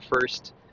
first